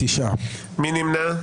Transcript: מי נמנע?